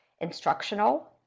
instructional